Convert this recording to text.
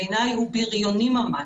בעיניי הוא ממש ביריוני.